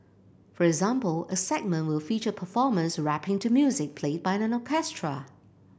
for example a segment will feature performers rapping to music played by an orchestra